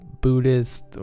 buddhist